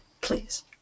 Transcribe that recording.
please